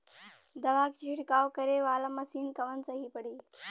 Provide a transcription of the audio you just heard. दवा के छिड़काव करे वाला मशीन कवन सही पड़ी?